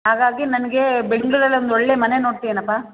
ಹಾಗಾಗಿ ನನಗೆ ಬೆಂಗಳೂರಲ್ಲೊಂದು ಒಳ್ಳೆ ಮನೆ ನೋಡ್ತಿಯೇನಪ್ಪ